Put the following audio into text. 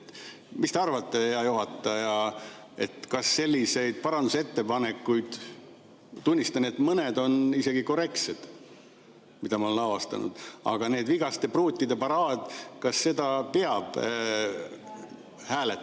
Mis te arvate, hea juhataja, kas selliseid parandusettepanekuid – tunnistan, et mõned on isegi korrektsed, mida ma olen avastanud –, sellist vigaste pruutide paraadi peab hääletama?